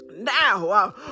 now